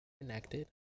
connected